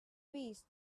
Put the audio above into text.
peace